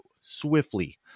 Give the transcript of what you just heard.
swiftly